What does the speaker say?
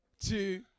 two